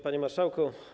Panie Marszałku!